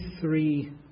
three